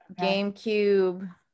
GameCube